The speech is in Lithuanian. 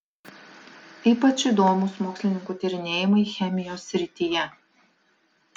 ypač įdomūs mokslininkų tyrinėjimai chemijos srityje